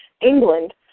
England